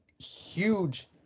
huge